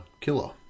killer